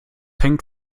hängt